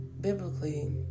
biblically